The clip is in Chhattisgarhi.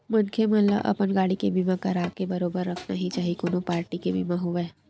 मनखे मन ल अपन गाड़ी के बीमा कराके बरोबर रखना ही चाही कोनो पारटी के बीमा होवय